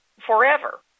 forever